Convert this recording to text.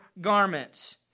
garments